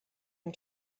and